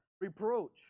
Reproach